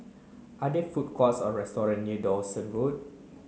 are there food courts or restaurant near Dawson Road